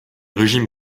régime